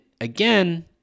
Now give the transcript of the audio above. again